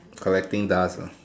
collecting dust lah